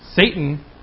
Satan